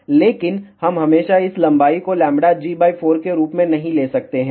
लेकिन हम हमेशा इस लंबाई को λg 4 के रूप में नहीं ले सकते है